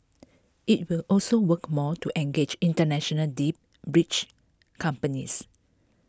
IT will also work more to engage International deep breach companies